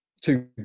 Two